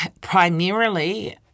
primarily